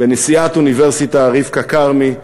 בנשיאת האוניברסיטה רבקה כרמי,